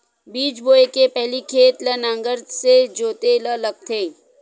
बीज बोय के पहिली खेत ल नांगर से जोतेल लगथे?